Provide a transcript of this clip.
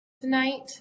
tonight